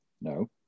No